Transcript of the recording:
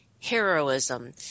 heroism